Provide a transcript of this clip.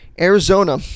Arizona